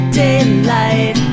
daylight